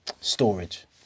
storage